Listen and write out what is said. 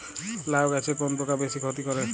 লাউ গাছে কোন পোকা বেশি ক্ষতি করে?